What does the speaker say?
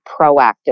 proactive